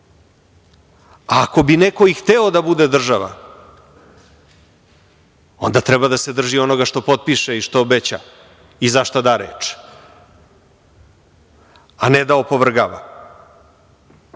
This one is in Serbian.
Ako bi neko i hteo da bude država, onda treba da se drži onoga što potpiše i što obeća i za šta da reč, a ne da opovrgava.